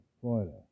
Florida